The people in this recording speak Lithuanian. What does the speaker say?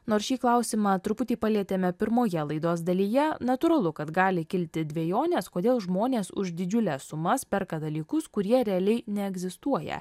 nors šį klausimą truputį palietėme pirmoje laidos dalyje natūralu kad gali kilti dvejonės kodėl žmonės už didžiules sumas perka dalykus kurie realiai neegzistuoja